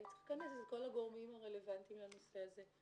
היה צריך לכנס את כל הגורמים הרלוונטיים לנושא הזה.